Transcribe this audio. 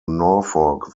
norfolk